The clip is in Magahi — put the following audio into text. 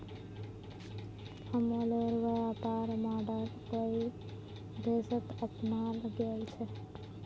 अमूलेर व्यापर मॉडल कई देशत अपनाल गेल छ